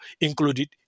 included